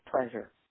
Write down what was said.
pleasure